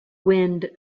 wind